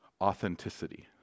authenticity